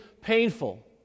painful